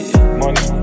Money